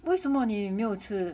为什么你没有吃